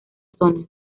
zona